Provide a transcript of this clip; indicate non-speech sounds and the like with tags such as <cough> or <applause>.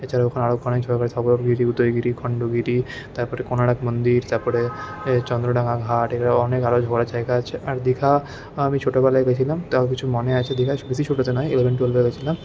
এছাড়া ওখানে আরও <unintelligible> উদয়গিরি খন্ডগিরি তারপরে কোনারক মন্দির তারপরে চন্দ্রভাগা ঘাট এগুলো অনেক আরও ঘোরার জায়গা আছে আর দীঘা আমি ছোটোবেলায় গেছিলাম তাও কিছু মনে আছে দীঘা বেশী ছোটোতে নয় ইলেভেন টুয়েলভে গেছিলাম